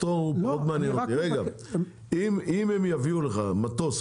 אם הם יביאו לך מטוס,